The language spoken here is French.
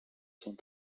sont